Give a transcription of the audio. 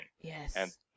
Yes